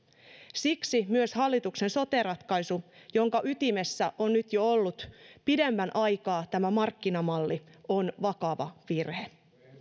siksi myös hallituksen sote ratkaisu jonka ytimessä on nyt jo ollut pidemmän aikaa tämä markkinamalli on vakava virhe